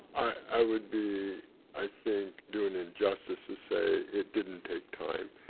i would be i think doing injustice to say it didn't take time,